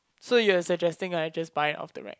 so you're suggesting that I just buy off the rack